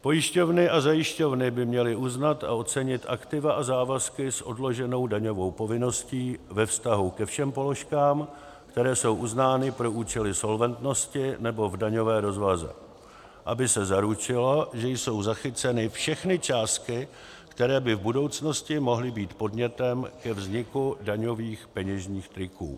Pojišťovny a zajišťovny by měly uznat a ocenit aktiva a závazky s odloženou daňovou povinností ve vztahu ke všem položkám, které jsou uznány pro účely solventnosti nebo v daňové rozvaze, aby se zaručilo, že jsou zachyceny všechny částky, které by v budoucnosti mohly být podnětem ke vzniku daňových peněžních toků.